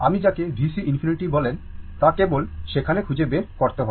আপনি যাকে VC ∞ বলেন তা কেবল সেখানে খুঁজে বের করতে হবে